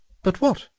but what?